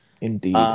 Indeed